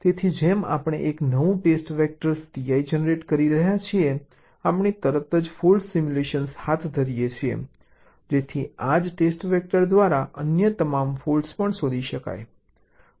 તેથી જેમ આપણે એક નવું ટેસ્ટ વેક્ટર Ti જનરેટ કરી રહ્યા છીએ આપણે તરત જ ફોલ્ટ સિમ્યુલેશન હાથ ધરીએ છીએ જેથી આ જ ટેસ્ટ વેક્ટર દ્વારા અન્ય તમામ ફોલ્ટ્સ પણ શોધી શકાય છે